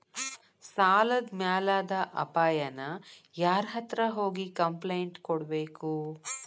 ಸಾಲದ್ ಮ್ಯಾಲಾದ್ ಅಪಾಯಾನ ಯಾರ್ಹತ್ರ ಹೋಗಿ ಕ್ಂಪ್ಲೇನ್ಟ್ ಕೊಡ್ಬೇಕು?